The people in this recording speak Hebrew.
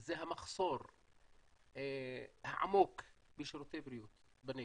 זה המחסור העמוק בשירותי בריאות בנגב.